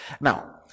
Now